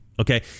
Okay